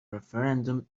referendum